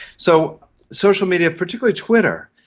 so social media, particularly twitter,